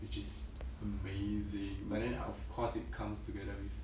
which is amazing but then of course it comes together with